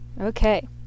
Okay